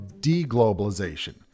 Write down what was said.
deglobalization